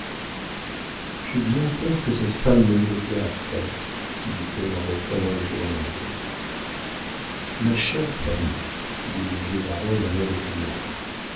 j'ai bien peur que cette femme ne nous le gâte dit-elle en reprenant le journal ma chère fanny dit le vieux baron d'un air